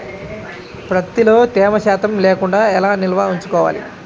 ప్రత్తిలో తేమ శాతం లేకుండా ఎలా నిల్వ ఉంచుకోవాలి?